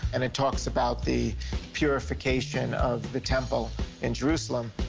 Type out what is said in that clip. and it talks about the purification of the temple in jerusalem.